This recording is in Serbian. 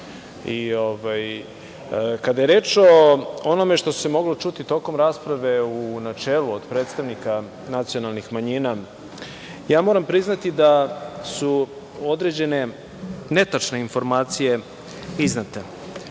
je reč o onome što se moglo čuti tokom rasprave u načelu od predstavnika nacionalnih manjina, moram priznati da su određene netačne informacije iznete.